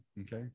Okay